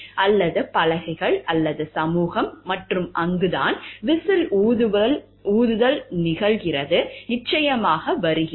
அல்லது பலகைகள் அல்லது சமூகம் மற்றும் அங்கு தான் விசில் ஊதுதல் நிச்சயமாக வருகிறது